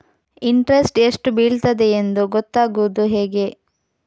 Interest ಎಷ್ಟು ಬೀಳ್ತದೆಯೆಂದು ಗೊತ್ತಾಗೂದು ಹೇಗೆ?